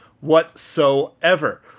whatsoever